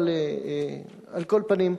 אבל על כל פנים,